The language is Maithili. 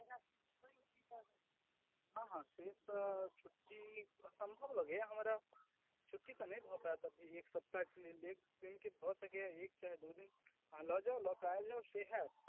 हँ हँ से तऽ छुट्टी असंभव लगैया हमरा छुट्टी तऽ नहि भऽ पाओत अभी एक सप्ताहके लेल एक दिनके भऽ सकैया एक चाहे दू दिन अहाँ लऽ जाउ लऽ के आइब जाउ से होयत